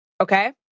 Okay